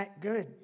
good